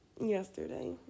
yesterday